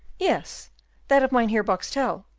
yes that of mynheer boxtel.